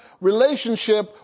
relationship